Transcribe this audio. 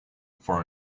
for